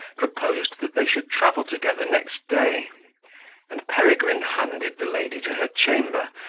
proposed that they should travel together next day and peregrine handed the lady to her chamber,